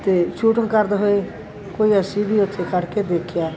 ਅਤੇ ਸ਼ੂਟਿੰਗ ਕਰਦੇ ਹੋਏ ਕੋਈ ਅਸੀਂ ਵੀ ਉੱਥੇ ਖੜ੍ਹ ਕੇ ਦੇਖਿਆ